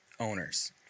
Owners